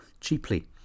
cheaply